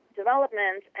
development